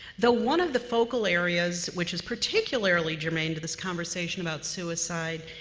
though one of the focal areas, which is particularly germane to this conversation about suicide,